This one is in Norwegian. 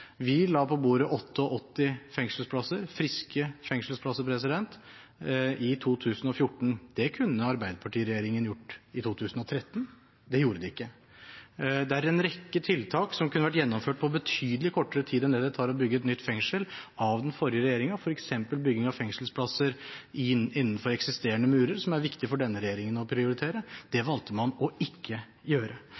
Vi la på bordet 88 fengselsplasser – friske fengselsplasser – i 2014. Det kunne arbeiderpartiregjeringen gjort i 2013. Det gjorde den ikke. Det er en rekke tiltak som kunne vært gjennomført av den forrige regjeringen på betydelig kortere tid enn det det tar å bygge et nytt fengsel, f.eks. bygging av fengselsplasser innenfor eksisterende murer, som er viktig for denne regjeringen å prioritere. Det